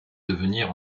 devenir